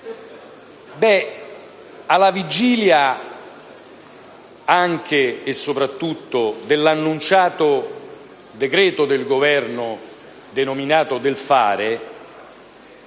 Alla vigilia, anche e soprattutto, dell'annunciato decreto del Governo denominato "del fare"